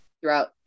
throughout